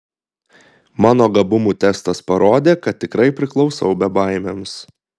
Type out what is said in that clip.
mano gabumų testas parodė kad tikrai priklausau bebaimiams